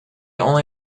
only